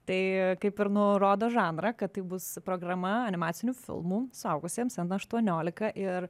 tai kaip ir nurodo žanrą kad tai bus programa animacinių filmų suaugusiems aštuoniolika ir